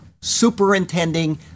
superintending